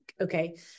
okay